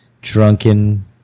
drunken